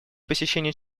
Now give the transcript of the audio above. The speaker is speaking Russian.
посещения